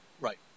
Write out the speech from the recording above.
Right